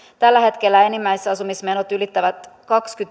tällä hetkellä enimmäisasumismenot ylittyvät